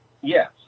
yes